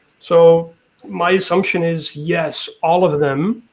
so my assumption is yes, all of them,